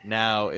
now